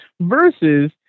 Versus